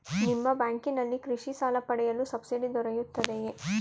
ನಿಮ್ಮ ಬ್ಯಾಂಕಿನಲ್ಲಿ ಕೃಷಿ ಸಾಲ ಪಡೆಯಲು ಸಬ್ಸಿಡಿ ದೊರೆಯುತ್ತದೆಯೇ?